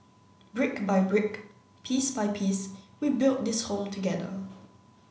brick by brick piece by piece we build this home together